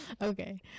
Okay